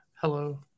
hello